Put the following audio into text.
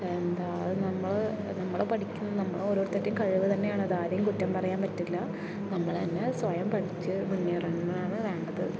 എന്താ അത് നമ്മൾ നമ്മൾ പഠിക്കും നമ്മൾ ഓരോരുത്തരുടെയും കഴിവ് തന്നെയാണത് ആരേയും കുറ്റം പറയാൻ പറ്റില്ല നമ്മൾ തന്നെ സ്വയം പഠിച്ച് മുന്നേറാനുള്ളതാണ് വേണ്ടത്